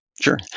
Sure